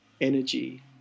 energy